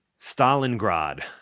Stalingrad